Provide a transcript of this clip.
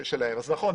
נכון,